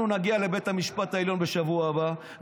אנחנו נגיע לבית המשפט העליון בשבוע הבא,